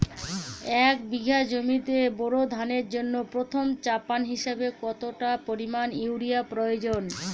এক বিঘা জমিতে বোরো ধানের জন্য প্রথম চাপান হিসাবে কতটা পরিমাণ ইউরিয়া প্রয়োজন?